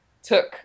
took